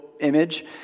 image